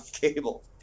cable